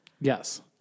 Yes